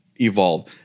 evolve